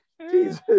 Jesus